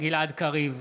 גלעד קריב,